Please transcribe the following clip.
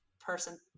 person